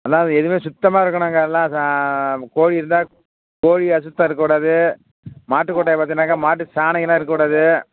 அதுதான் அது எதுவுமே சுத்தமாக இருக்கணுங்க எல்லாம் கோழி இருந்தால் கோழி அசுத்தம் இருக்கக்கூடாது மாட்டுக்கொட்டாய் பார்த்தீங்கன்னாக்கா மாட்டு சாணியெல்லாம் இருக்கக்கூடாது